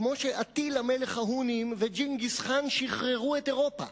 כמו שאטילה מלך ההונים וג'ינגס חאן שחררו את אירופה.